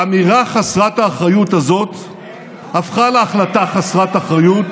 האמירה חסרת האחריות הזאת הפכה להחלטה חסרת אחריות,